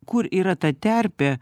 kur yra ta terpė